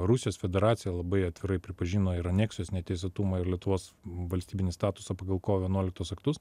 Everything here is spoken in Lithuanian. rusijos federacija labai atvirai pripažino ir aneksijos neteisėtumą ir lietuvos valstybinį statusą pagal kovo vienuoliktos aktus